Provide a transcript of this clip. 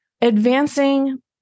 Advancing